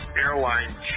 Airline